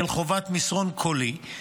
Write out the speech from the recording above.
של חובת מסרון קולי,